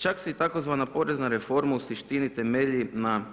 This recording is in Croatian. Čak se i tzv. porezna reforma u suštini temelji na